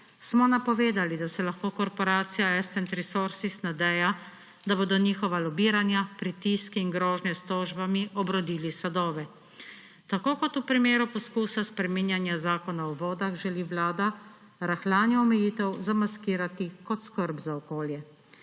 smo napovedali, da se lahko korporacija Ascent Resources nadeja, da bodo njihova lobiranja, pritiski in grožnje s tožbami obrodili sadove. Tako kot v primeru poskusa spreminjanja Zakona o vodah želi vlada rahljanje omejitev zamaskirati kot skrb za okolje.